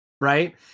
right